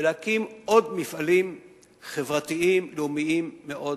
ולהקים עוד מפעלים חברתיים לאומיים מאוד חשובים.